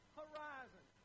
horizon